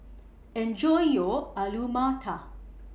Enjoy your Alu Matar